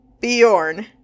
bjorn